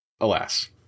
Alas